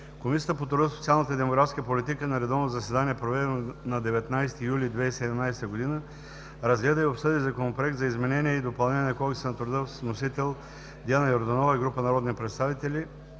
Комисията по труда, социалната и демографската политика на редовно заседание, проведено на 19 юли 2017 г., разгледа и обсъди Законопроект за изменение и допълнение на Кодекса на труда, внесен от Диана Йорданова и група народни представители